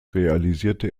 realisierte